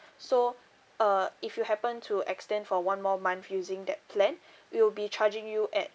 so uh if you happen to extend for one more month using that plan we'll be charging you at